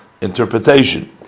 interpretation